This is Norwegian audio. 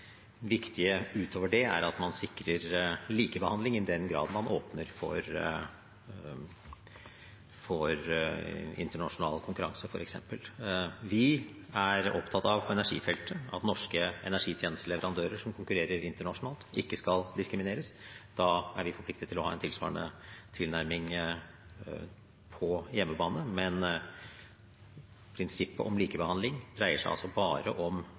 at man sikrer likebehandling, i den grad man åpner for internasjonal konkurranse, f.eks. Vi er på energifeltet opptatt av at norske energitjenesteleverandører som konkurrerer internasjonalt, ikke skal diskrimineres. Da er vi forpliktet til å ha en tilsvarende tilnærming på hjemmebane. Men prinsippet om likebehandling dreier seg bare om